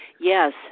yes